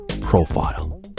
profile